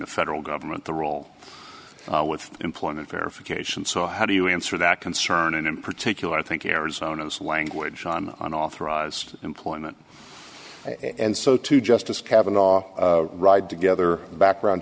the federal government the role with employment verification so how do you answer that concern and in particular i think arizona's language on unauthorized employment and so to justice kavanagh ride together background